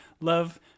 love